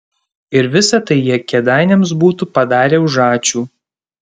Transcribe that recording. ir visa tai jie kėdainiams būtų padarę už ačiū